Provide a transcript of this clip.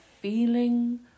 feeling